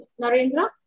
Narendra